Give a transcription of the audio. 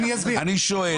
אני שואל,